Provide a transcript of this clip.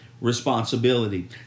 responsibility